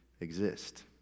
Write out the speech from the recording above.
exist